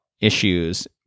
issues